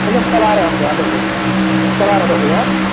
ठीक है हम कल आ रहें है आपके यहाँ दस बजे कल आ रहे हैं दस बजे हाँ